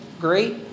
great